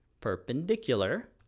perpendicular